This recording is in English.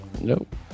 Nope